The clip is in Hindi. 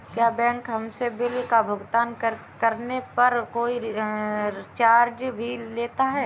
क्या बैंक हमसे बिल का भुगतान करने पर कोई चार्ज भी लेता है?